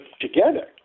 together